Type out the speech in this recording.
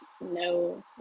no